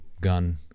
gun